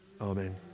Amen